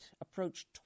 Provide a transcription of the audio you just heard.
approached